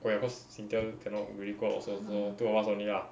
whoever cynthia cannot really go outside also so two of us only lah